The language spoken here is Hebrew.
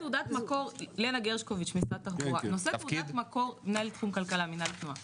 אני מנהלת תחום כלכלה במינהל התנועה